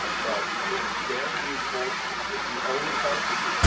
ah but it's very useful if you own a coach.